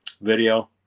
video